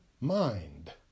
Mind